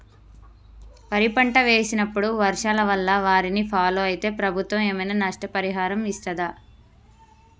వరి పంట వేసినప్పుడు వర్షాల వల్ల వారిని ఫాలో అయితే ప్రభుత్వం ఏమైనా నష్టపరిహారం ఇస్తదా?